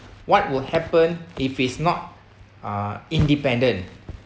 what will happen if he's not uh independent